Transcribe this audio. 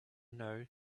know